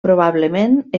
probablement